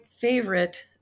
favorite